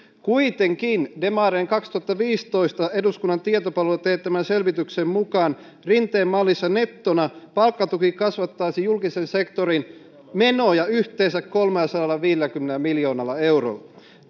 kuitenkin demareiden kaksituhattaviisitoista eduskunnan tietopalvelulla teettämän selvityksen mukaan rinteen mallissa nettona palkkatuki kasvattaisi julkisen sektorin menoja yhteensä kolmellasadallaviidelläkymmenellä miljoonalla eurolla